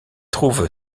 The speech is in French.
trouve